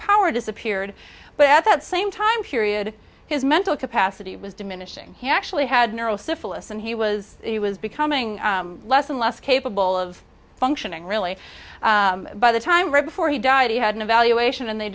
power disappeared but at that same time period his mental capacity was diminishing he actually had neuro syphilis and he was he was becoming less and less capable of functioning really by the time right before he died he had an evaluation and they